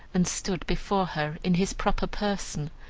and stood before her in his proper person,